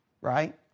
right